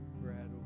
Brad